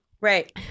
Right